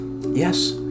Yes